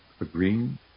agreeing